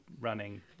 running